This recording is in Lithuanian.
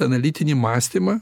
analitinį mąstymą